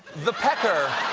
the pecker